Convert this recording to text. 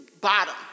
bottom